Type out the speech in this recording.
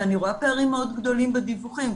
ואני רואה פערים מאוד גדולים בדיווחים,